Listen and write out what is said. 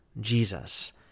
Jesus